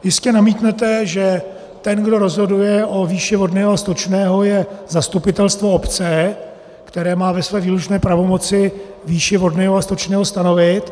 Jistě namítnete, že ten, kdo rozhoduje o výši vodného a stočného, je zastupitelstvo obce, které má ve své výlučné pravomoci výši vodného a stočného stanovit.